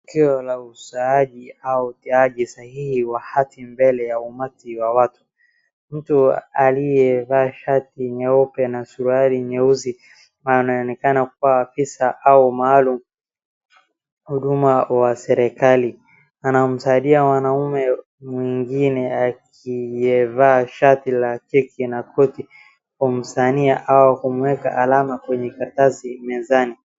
Tukio la usahaji au utiaji sahihi wa hati mbele ya umati wa watu, mtu aiyevaa shati nyeupe na suruali nyeusi anaonekana kuwa afisa au maalum mhuduma wa serikali, anamsaidia mwanaume mwingine akivaa shati ya check na koti, kumu sign ia au kumweka alama kwenye karatasi mezani.